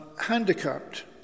handicapped